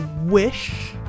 wish